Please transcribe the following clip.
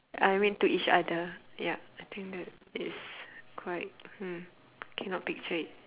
I mean to each other ya I think that is quite hmm cannot picture it